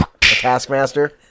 taskmaster